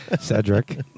Cedric